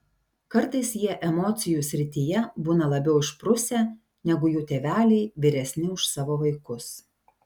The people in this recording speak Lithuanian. kartais jie emocijų srityje būna labiau išprusę negu jų tėveliai vyresni už savo vaikus